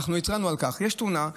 אנחנו התרענו על כך: יש תאונה,